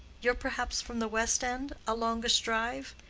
you're perhaps from the west end a longish drive?